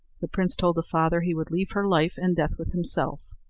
the prince told the father he would leave her life and death with himself.